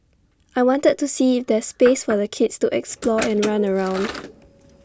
I wanted to see if there's space for the kids to explore and run around